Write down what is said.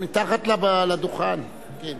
מתחת לדוכן.